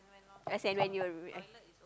as and when you like